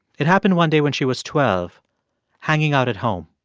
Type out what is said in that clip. it happened one day when she was twelve hanging out at home